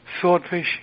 swordfish